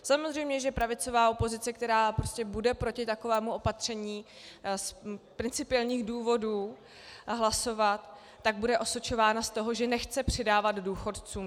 Samozřejmě že pravicová opozice, která bude proti takovému opatření z principiálních důvodů hlasovat, bude osočována z toho, že nechce přidávat důchodcům.